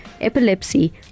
epilepsy